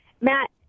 Matt